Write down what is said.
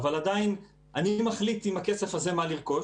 אבל עדיין אני מחליט עם הכסף הזה מה לרכוש,